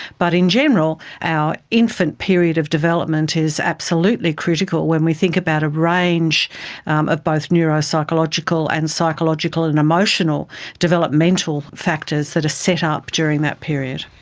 but in general our infant period of development is absolutely critical when we think about a range of both neuropsychological and psychological and emotional developmental factors that are set up during that period.